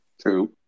True